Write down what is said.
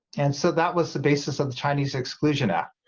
and so that was the basis of the chinese exclusion act,